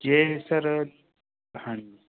ਜੇ ਸਰ ਹਾਂਜੀ